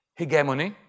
hegemony